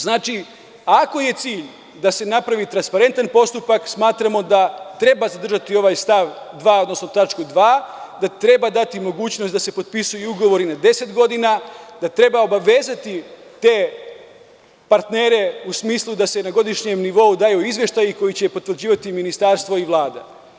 Znači, ako je cilj da se napravi transparentan postupak, smatramo da treba zadržati ovaj stav 2, odnosno tačku 2), da treba dati mogućnost da se potpisuju ugovori na 10 godina, da treba obavezati te partnere u smislu da se na godišnjem nivou daju izveštaji koje će potvrđivati ministarstvo ili Vlada.